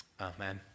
amen